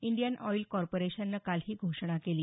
Indian Oil कॉर्पोरेशननं काल ही घोषणा केली